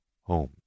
home